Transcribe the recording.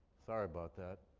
sorry about that.